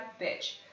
bitch